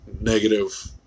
negative